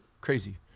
crazy